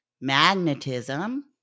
magnetism